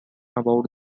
about